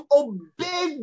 obey